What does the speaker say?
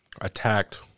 attacked